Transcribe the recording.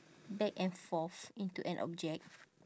back and forth into an object